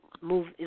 move